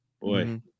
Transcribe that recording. boy